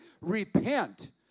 Repent